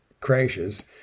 crashes